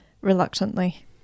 reluctantly